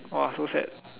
!wah! so sad